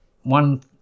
one